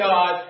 God